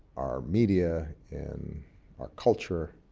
our media, in our culture,